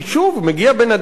מגיע בן-אדם לגבול,